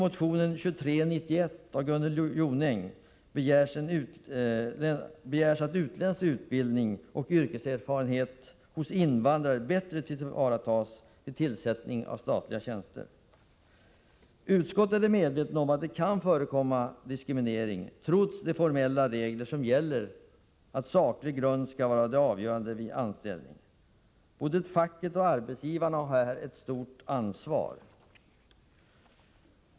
Utskottet är medvetet om att det kan förekomma diskriminering trots de formella regler som gäller, att saklig grund skall vara det avgörande vid anställning. Både facket och arbetsgivarna har här ett stort ansvar.